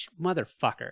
motherfucker